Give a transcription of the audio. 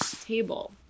table